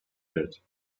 bit